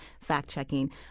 fact-checking